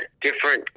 different